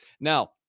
Now